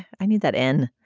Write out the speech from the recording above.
i need that in.